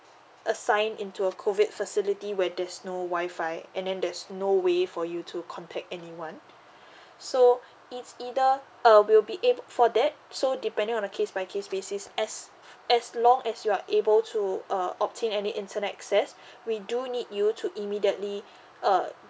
assign into a COVID facility where there's no wifi and then there's no way for you to contact anyone so it's either uh will be able for that so depending on a case by case basis as as long as you're able to uh obtain any internet access we do need you to immediately err